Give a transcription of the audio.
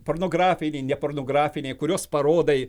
pornografiniai ne pornografiniai kuriuos parodai